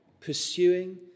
pursuing